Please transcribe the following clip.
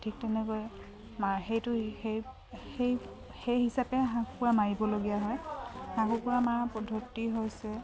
ঠিক তেনেকৈ মাৰ সেইটো সেই সেই সেই হিচাপে হাঁহ কুকুৰা মাৰিবলগীয়া হয় হাঁহ কুকুৰা মৰাৰ পদ্ধতি হৈছে